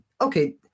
Okay